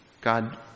God